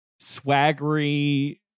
swaggery